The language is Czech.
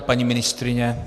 Paní ministryně.